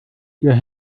ihr